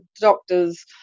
doctors